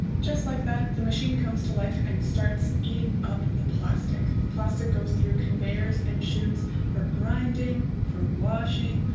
just like that, the machine comes to life and starts eating up the plastic. the plastic goes through conveyors and shoots for grinding, for washing,